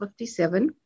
57